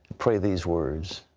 pray these words.